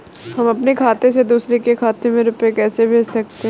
हम अपने खाते से दूसरे के खाते में रुपये कैसे भेज सकते हैं?